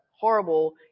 horrible